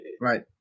right